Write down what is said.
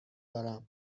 دارم